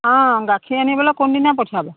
অঁ গাখীৰ আনিবলে কোনদিনা পঠিয়াব